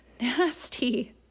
nasty